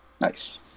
Nice